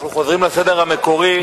אנחנו חוזרים לסדר המקורי.